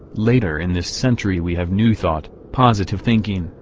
later in this century we have new thought positive thinking,